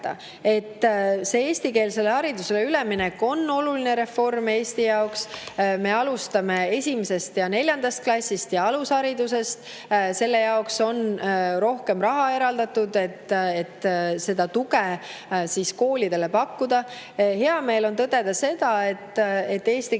Eestikeelsele haridusele üleminek on oluline reform Eesti jaoks. Me alustame esimesest ja neljandast klassist ja alusharidusest. Selle jaoks on rohkem raha eraldatud, et koolidele seda tuge pakkuda. Hea meel on tõdeda, et eestikeelsele